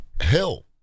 hell